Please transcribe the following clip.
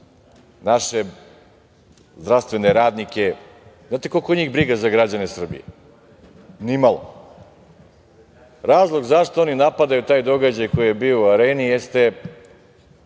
naše zdravstvene radnike, znate koliko njih briga za građane Srbije? Nimalo. Razlog zašto oni napadaju taj događaj koji je bio u Areni jeste